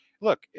look